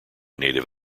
native